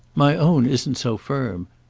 my own isn't so firm,